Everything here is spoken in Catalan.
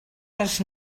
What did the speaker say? les